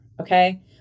okay